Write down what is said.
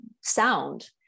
sound